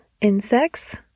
insects